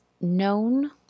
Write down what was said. known